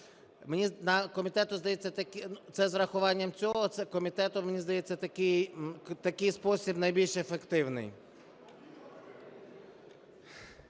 здається… Це з урахуванням цього комітету, мені здається, такий спосіб найбільш ефективний.